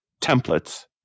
templates